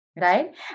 Right